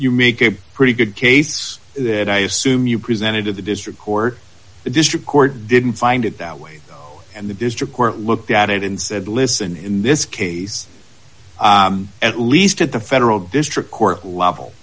you make a pretty good case that i assume you presented to the district court the district court didn't find it that way and the district court looked at it and said listen in this case at least at the federal district court level